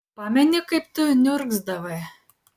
pameni kaip tu niurgzdavai